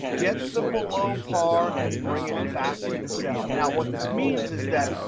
get the below par, and bring it back to the cell. now what this means is that,